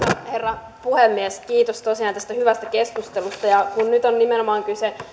herra puhemies kiitos tosiaan tästä hyvästä keskustelusta kun nyt on nimenomaan kyse